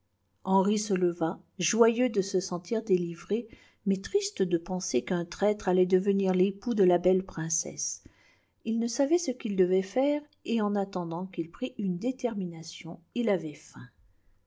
henri se leva joyeux de se sentir délivré mais triste de penser qu'un traître allait devenir l'époux de la belle princesse il ne savait ce qu'il devait faire et en attendant qu'il prît une détermination il avait faim